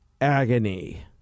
agony